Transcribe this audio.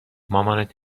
مامانت